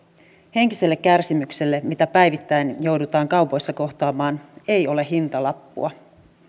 henkiselle kärsimykselle mitä päivittäin joudutaan kaupoissa kohtaamaan ei ole hintalappua